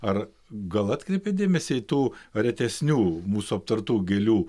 ar gal atkreipėt dėmesį į tų retesnių mūsų aptartų gėlių